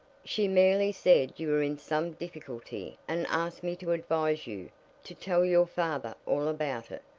she merely said you were in some difficulty and asked me to advise you to tell your father all about it,